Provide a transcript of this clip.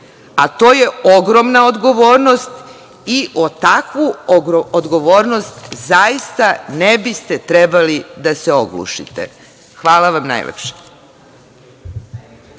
a to je ogromna odgovornost i o takvu odgovornost zaista ne biste trebali da se oglušite. Hvala vam najlepše.